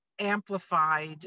amplified